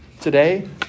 Today